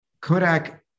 Kodak